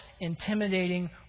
intimidating